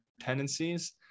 tendencies